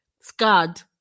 scarred